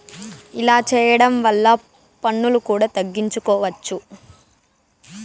ఇలా చేయడం వల్ల పన్నులు కూడా తగ్గించుకోవచ్చు